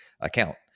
account